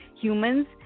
humans